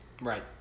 Right